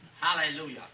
Hallelujah